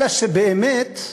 אלא שבאמת,